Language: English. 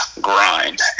grind